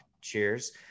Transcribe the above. cheers